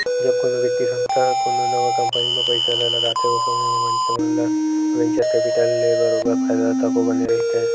जब कोनो बित्तीय संस्था ह कोनो नवा कंपनी म पइसा ल लगाथे ओ समे म मनखे मन ल वेंचर कैपिटल ले बरोबर फायदा तको बने रहिथे